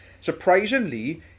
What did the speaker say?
surprisingly